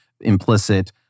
implicit